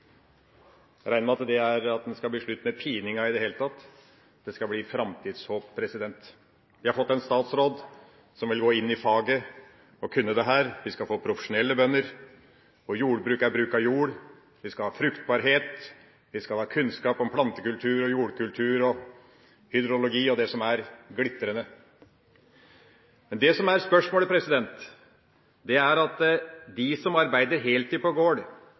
regner med at det skal bli slutt med pininga i det hele tatt. Det skal bli framtidshåp. Vi har fått en statsråd som vil gå inn i faget og kunne dette, vi skal få profesjonelle bønder, og jordbruk er bruk av jord. Vi skal ha fruktbarhet, vi skal ha kunnskap om plantekultur og jordkultur og hydrologi og det som er. Glitrende! Men det som er saken, er at de som arbeider heltid på